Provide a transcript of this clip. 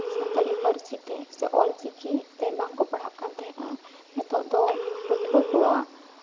ᱥᱟᱱᱛᱟᱲᱤ ᱯᱟᱹᱨᱥᱤᱛᱮ ᱥᱮ ᱚᱞᱪᱤᱠᱤ ᱛᱮ ᱵᱟᱝᱠᱚ ᱯᱟᱲᱦᱟᱜ ᱠᱟᱱ ᱛᱟᱦᱮᱸᱜᱼᱟ ᱱᱤᱛᱚᱜ ᱫᱚ ᱯᱟᱹᱴᱷᱩᱣᱟᱹ ᱠᱚᱣᱟᱜ